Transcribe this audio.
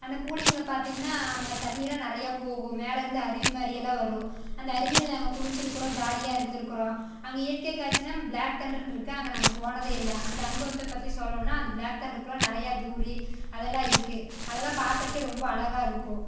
அந்த கூலிங்கில் பார்த்திங்கனா அங்கே தண்ணிலாம் நிறைய போகும் மேலே இருந்து அருவிமாதிரி எல்லாம் வரும் அந்த அருவியில் நாங்கள் குளிச்சிருக்கிறோம் ஜாலியாக இருந்துருக்கிறோம் அங்கே இயற்கைக்காட்சினா பிளாக் தண்டர்னு இருக்குது அங்கே நாங்கள் போனது இல்லை அந்த அனுபவத்தை பற்றி சொல்லணும்னா அந்த பிளாக் தண்டர்க்குள்ள நிறைய டூரி அதெல்லாம் இருக்கு அதெல்லாம் பார்க்குறக்கே ரொம்ப அழகாக இருக்கும்